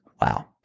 Wow